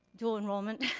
dual enrollment.